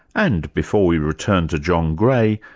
and before we return to john gray,